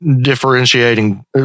differentiating